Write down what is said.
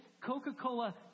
Coca-Cola